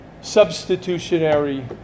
substitutionary